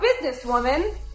businesswoman